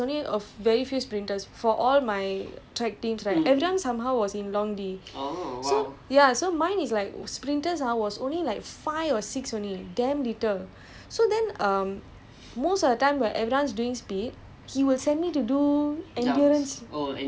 he will be like no your speed is good already I want you to do different drill so it's like every I mean there's only very few sprinters for all my track teams right everyone somehow was in long D so ya so mine is like sprinters ah was only like five or six only damn little so then um